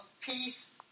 peace